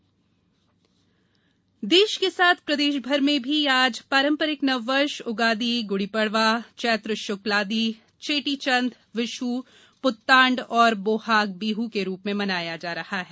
नव वर्ष देश के साथ प्रदेश भर में भी आज पांरपरिक नववर्ष उगादी गुडी पडवा चैत्र शुक्लादि चेटी चंद विश् प्त्तांड और बोहाग बिह के रूप में मनाया जा रहा है